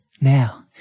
Now